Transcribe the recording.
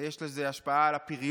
יש לזה השפעה על הפריון,